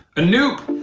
anoop!